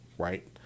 right